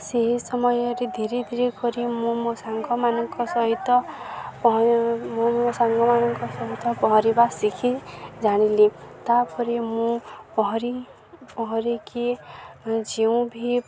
ସେହି ସମୟରେ ଧୀରେ ଧୀରେ କରି ମୁଁ ମୋ ସାଙ୍ଗମାନଙ୍କ ସହିତ ମୁଁ ମୋ ସାଙ୍ଗମାନଙ୍କ ସହିତ ପହଁରିବା ଶିଖି ଜାଣିଲି ତା'ପରେ ମୁଁ ପହଁରି ପହଁରିକି ଯେଉଁ